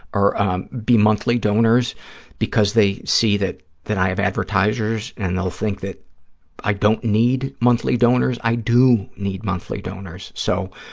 or be monthly donors because they see that that i have advertisers and they'll think that i don't need monthly donors. i do need monthly donors. so,